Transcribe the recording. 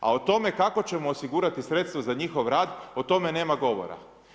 A o tome kako ćemo osigurati sredstva za njihov rad, o tome nema govora.